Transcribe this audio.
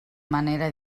manera